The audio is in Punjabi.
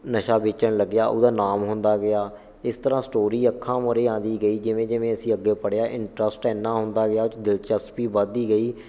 ਨਸ਼ਾ ਵੇਚਣ ਲੱਗਿਆ ਉਹਦਾ ਨਾਮ ਹੁੰਦਾ ਗਿਆ ਇਸ ਤਰ੍ਹਾਂ ਸਟੋਰੀ ਅੱਖਾਂ ਮੁਹਰੇ ਆਉਂਦੀ ਗਈ ਜਿਵੇਂ ਜਿਵੇਂ ਅਸੀਂ ਅੱਗੇ ਪੜ੍ਹਿਆ ਇੰਟਰਸਟ ਇੰਨਾ ਹੁੰਦਾ ਗਿਆ ਦਿਲਚਸਪੀ ਵੱਧਦੀ ਗਈ